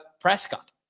Prescott